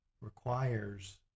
requires